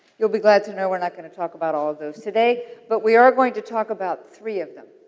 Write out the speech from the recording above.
you'll be glad to know we're not going to talk about all of those today. but, we are going to talk about three of them.